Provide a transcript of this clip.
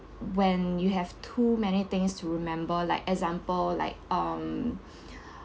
when you have too many things to remember like example like um